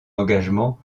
engagement